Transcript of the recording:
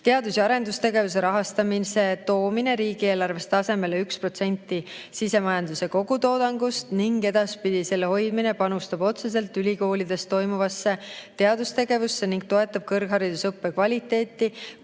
Teadus‑ ja arendustegevuse rahastamise toomine riigieelarves tasemele 1% sisemajanduse kogutoodangust ning edaspidi selle hoidmine panustab otseselt ülikoolides toimuvasse teadustegevusse ning toetab kõrgharidusõppe kvaliteeti,